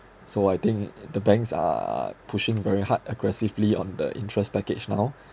so I think the banks are pushing very hard aggressively on the interest package now